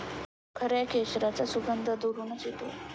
खऱ्या केशराचा सुगंध दुरूनच येतो